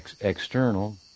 external